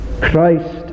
Christ